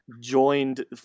joined